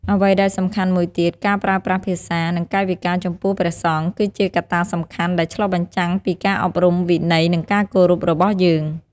អ្វីដែលសំខាន់មួយទៀត ការប្រើប្រាស់ភាសា និងកាយវិការចំពោះព្រះសង្ឃ គឺជាកត្តាសំខាន់ដែលឆ្លុះបញ្ចាំងពីការអប់រំ វិន័យ និងការគោរពរបស់យើង។